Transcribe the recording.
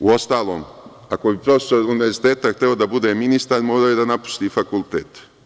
Uostalom, ako bi profesor univerziteta hteo da bude ministar, morao je da napusti fakultet.